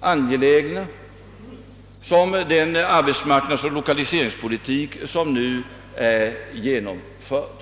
och angelägna som den arbetsmarknadsoch 1okaliseringspolitik som nu är genomförd.